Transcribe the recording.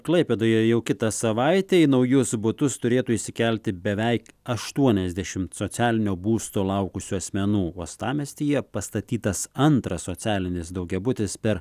klaipėdoje jau kitą savaitę į naujus butus turėtų įsikelti beveik aštuoniasdešimt socialinio būsto laukusių asmenų uostamiestyje pastatytas antras socialinis daugiabutis per